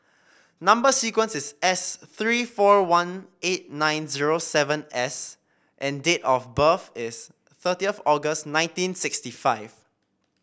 number sequence is S three four one eight nine zero seven S and date of birth is thirtieth August nineteen sixty five